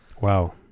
wow